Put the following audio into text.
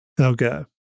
Okay